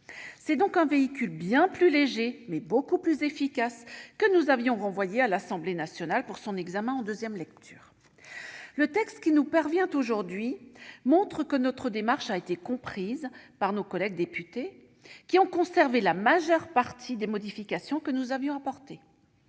C'est donc un véhicule bien plus léger, mais beaucoup plus efficace, que nous avions renvoyé à l'Assemblée nationale pour examen en deuxième lecture. Le texte qui nous parvient aujourd'hui atteste que notre démarche a été comprise par nos collègues députés, lesquels ont conservé la majeure partie des modifications que nous avions apportées.